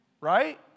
Right